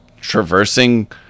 traversing